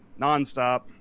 nonstop